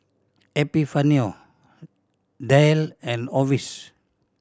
Epifanio Dayle and Orvis